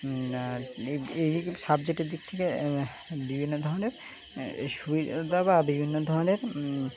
এই সাবজেক্টের দিক থেকে বিভিন্ন ধরনের সুবিধা বা বিভিন্ন ধরনের